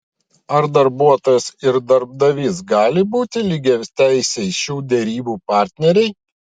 ar darbuotojas ir darbdavys gali būti lygiateisiai šių derybų partneriai